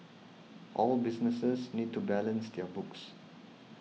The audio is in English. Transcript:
all businesses need to balance their books